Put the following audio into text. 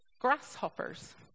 grasshoppers